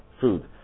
food